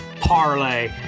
parlay